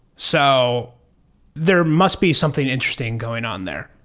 so there must be something interesting going on there.